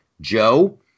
Joe